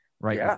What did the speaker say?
right